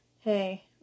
Hey